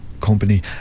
company